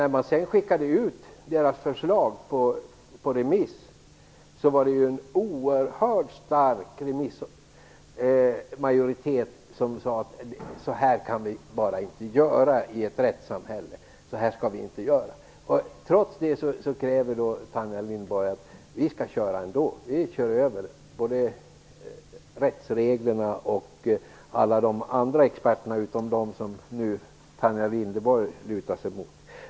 När man sedan skickade ut kommitténs förslag på remiss sade en oerhört stor majoritet av remissinstanserna att så här kan man bara inte göra i ett rättssamhälle. Trots det kräver Tanja Linderborg att vi skall köra ändå. Vi skall köra över både rättsreglerna och experterna, förutom dem som Tanja Linderborg nu lutar sig mot.